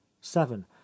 seven